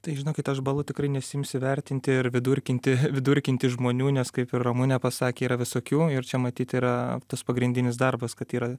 tai žinokit aš balu tikrai nesiimsiu vertinti ir vidurkinti vidurkinti žmonių nes kaip ir ramunė pasakė yra visokių ir čia matyt yra tas pagrindinis darbas kad yra